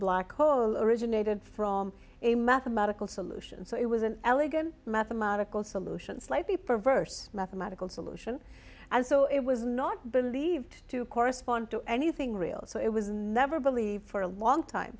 black hole originated from a mathematical solution so it was an elegant mathematical solution slightly perverse mathematical solution and so it was not believed to correspond to anything real so it was never believed for a long time